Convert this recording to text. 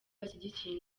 bashyigikiye